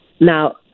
Now